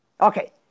Okay